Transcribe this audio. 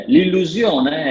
L'illusione